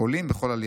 בכל עלייה.